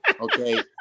Okay